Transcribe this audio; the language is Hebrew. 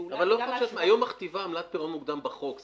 ו --- אבל --- היום מכתיבה עמלת פירעון מוקדם בחוק.